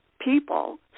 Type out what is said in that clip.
people